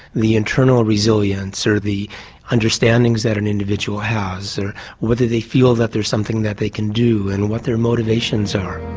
the internal resilience, or the understandings that an individual has, or whether they feel that there's something that they can do and what their motivations motivations are.